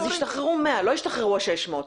אז ישתחררו 100, לא ישתחררו ה-600.